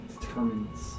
determines